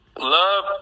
love